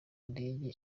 indege